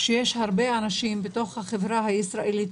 שיש הרבה מאוד אנשים בתוך החברה הישראלית,